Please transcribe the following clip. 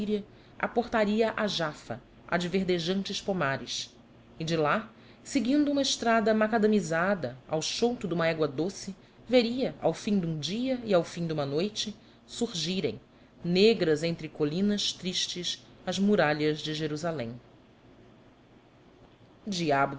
aportaria a jafa a de verdejantes pomares e de lá seguindo uma estrada macadamizada ao chouto de uma égua doce veria ao fim de um dia e ao fim de uma noite surgirem negras entre colinas tristes as muralhas de jerusalém diabo